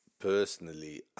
Personally